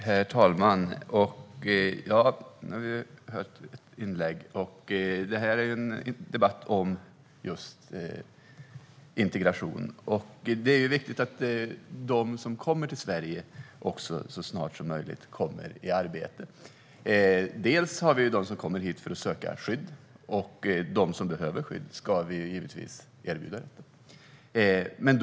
Herr talman! Nu har vi hört ett inlägg. Det här är en debatt om just integration. Det är ju viktigt att de som kommer till Sverige så snart som möjligt kommer i arbete. Det finns de som kommer för att söka skydd, och de som behöver skydd ska vi naturligtvis erbjuda detta.